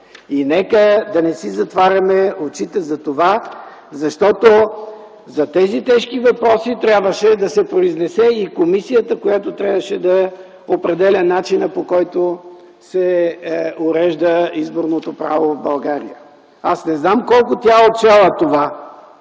и нека да не си затваряме очите за това, защото за тези тежки въпроси, трябваше да се произнесе и комисията, която трябваше да определя начина, по който се урежда изборното право в България. Аз не знам тя колко е отчела това,